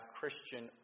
Christian